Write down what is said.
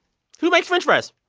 who makes french fries?